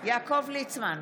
יעקב ליצמן,